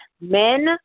men